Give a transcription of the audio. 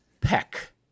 Peck